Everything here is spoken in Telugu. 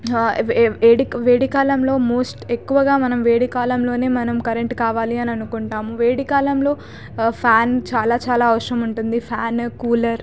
వె వేడి కాలంలో మోస్ట్ ఎక్కువగా మనం వేడి కాలంలోనే కరెంటు కావాలి అని అనుకుంటాము వేడి కాలంలో ఫ్యాన్ చాలా చాలా అవసరం ఉంటుంది ఫ్యాన్ కూలర్